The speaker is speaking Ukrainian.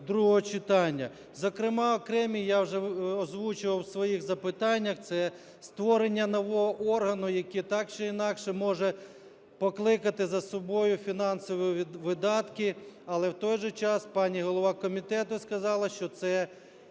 другого читання. Зокрема, окремі, я вже озвучував у своїх запитаннях, це створення нового органу, який так чи інакше може покликати за собою фінансові видатки. Але в той же час пані голова комітету сказала, що це